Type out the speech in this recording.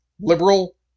liberal